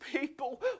people